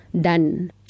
done